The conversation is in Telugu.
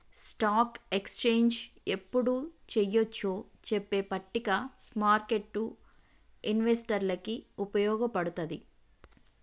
స్టాక్ ఎక్స్చేంజ్ యెప్పుడు చెయ్యొచ్చో చెప్పే పట్టిక స్మార్కెట్టు ఇన్వెస్టర్లకి వుపయోగపడతది